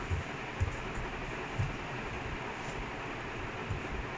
so like you only said drug issue that's the reason why he die so early